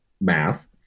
math